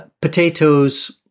potatoes –